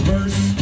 Verse